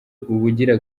ubugira